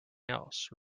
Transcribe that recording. else